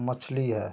मछली है